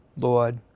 Lord